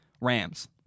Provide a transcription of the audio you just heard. Rams